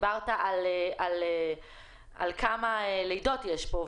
דיברת על כמה לידות יש כאן.